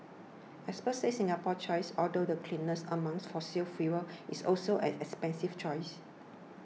experts say Singapore's choice although the cleanest among fossil fuels is also an expensive choice